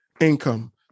income